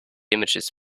images